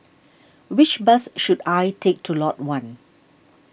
which bus should I take to Lot one